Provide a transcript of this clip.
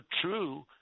true